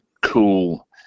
cool